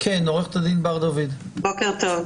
בוקר טוב.